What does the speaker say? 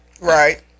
Right